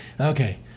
Okay